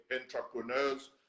entrepreneurs